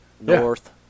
North